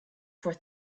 for